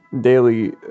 daily